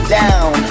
down